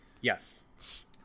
Yes